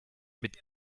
mit